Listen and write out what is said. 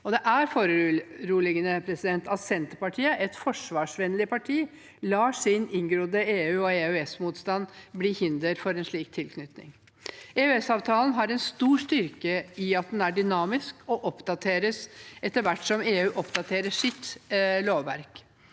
Det er foruroligende at Senterpartiet, et forsvarsvennlig parti, lar sin inngrodde EU- og EØS-motstand være til hinder for en slik tilknytning. EØS-avtalen har en stor styrke i at den er dynamisk og oppdateres etter hvert som EU oppdaterer sitt lovverk.